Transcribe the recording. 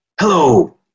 Hello